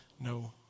no